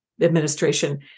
administration